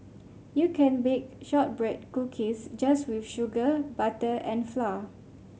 you can bake shortbread cookies just with sugar butter and flour